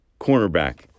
cornerback